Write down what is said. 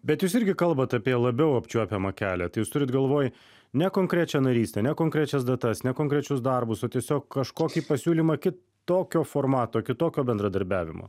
bet jūs irgi kalbat apie labiau apčiuopiamą kelią tai jūs turit galvoj ne konkrečią narystę ne konkrečias datas ne konkrečius darbus o tiesiog kažkokį pasiūlymą kitokio formato kitokio bendradarbiavimo